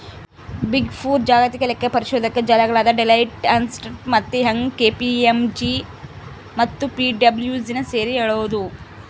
big Four ಜಾಗತಿಕ ಲೆಕ್ಕಪರಿಶೋಧಕ ಜಾಲಗಳಾದ ಡೆಲಾಯ್ಟ್, ಅರ್ನ್ಸ್ಟ್ ಮತ್ತೆ ಯಂಗ್, ಕೆ.ಪಿ.ಎಂ.ಜಿ ಮತ್ತು ಪಿಡಬ್ಲ್ಯೂಸಿನ ಸೇರಿ ಹೇಳದು